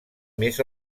més